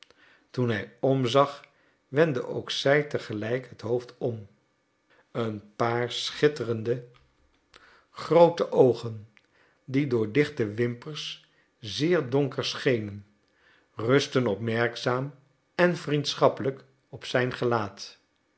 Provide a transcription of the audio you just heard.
toen hij omzag wendde ook zij te gelijk het hoofd om een paar schitterende groote oogen die door dichte wimpers zeer donker schenen rustten opmerkzaam en vriendschappelijk op zijn gelaat